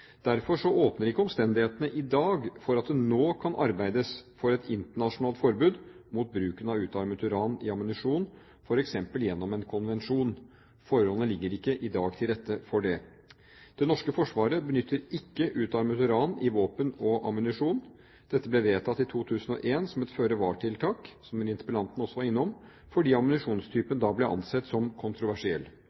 åpner ikke omstendighetene i dag for at det nå kan arbeides for et internasjonalt forbud mot bruken av utarmet uran i ammunisjon, f.eks. gjennom en konvensjon. Forholdene ligger ikke i dag til rette for det. Det norske forsvaret benytter ikke utarmet uran i våpen og ammunisjon. Dette ble vedtatt i 2001 som et føre-var-tiltak, som interpellanten også var innom, fordi ammunisjonstypen da ble ansett som kontroversiell.